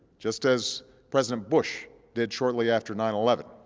just as president bush did shortly after nine eleven,